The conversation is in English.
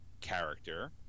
character